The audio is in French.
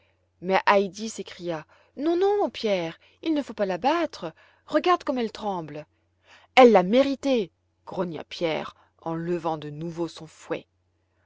mais heidi s'écria non non pierre il ne faut pas la battre regarde comme elle tremble elle l'a mérité grogna pierre en levant de nouveau son fouet